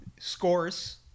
Scores